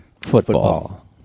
Football